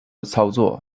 操作